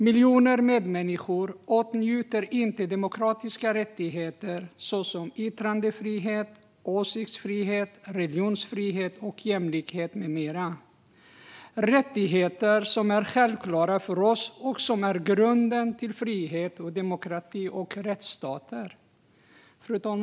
Miljoner medmänniskor åtnjuter inte demokratiska rättigheter såsom yttrandefrihet, åsiktsfrihet, religionsfrihet, jämlikhet med mera. Det är rättigheter som är självklara för oss och som är grunden för frihet, demokrati och rättsstater. Fru talman!